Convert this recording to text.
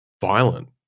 violent